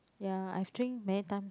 ya I've drink many times